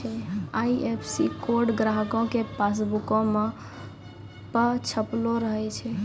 IFSC code ग्राहको के पासबुको पे छपलो रहै छै